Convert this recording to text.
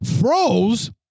froze